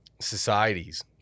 societies